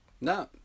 No